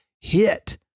hit